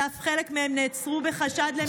חלק מהם נעצרו בחשד למעורבות,